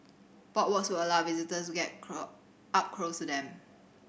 boardwalks will allow visitors to get up close to them